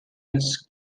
keys